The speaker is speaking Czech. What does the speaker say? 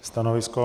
Stanovisko?